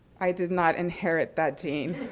i did not inherit that gene